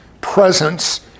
presence